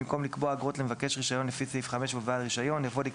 במקום "לקבוע אגרות למבקש רישיון לפי סעיף 5 ולבעל רישיון"